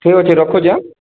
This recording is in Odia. ଠିକ ଅଛି ରଖୁଛି ଆଁ